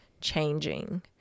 changing